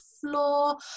floor